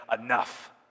enough